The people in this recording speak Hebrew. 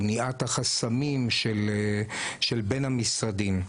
מניעת החסמים של בין המשרדים.